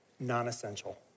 Non-essential